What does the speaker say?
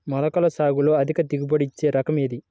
మొలకల సాగులో అధిక దిగుబడి ఇచ్చే రకం ఏది?